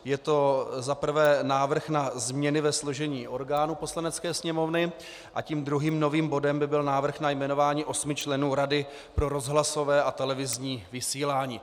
Je to za prvé návrh na změny ve složení orgánů Poslanecké sněmovny a tím druhým novým bodem by byl návrh na jmenování osmi členů Rady pro rozhlasové a televizní vysílání.